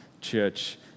church